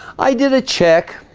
i did a check